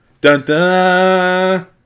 Dun-dun